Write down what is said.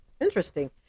interesting